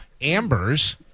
ambers